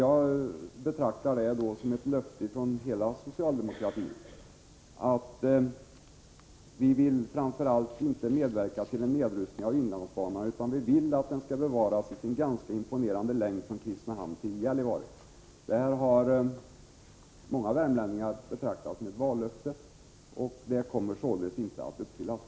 Jag betraktade det som han sade som ett löfte från hela socialdemokratin: ”Vi vill framför allt inte medverka till en nedrustning av inlandsbanan, utan vi vill att den skall bevaras i sin ganska imponerande längd från Kristinehamn till Gällivare.” Detta har många värmlänningar betraktat som ett vallöfte, men det kommer således inte att uppfyllas.